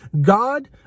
God